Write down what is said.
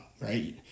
right